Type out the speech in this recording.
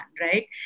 right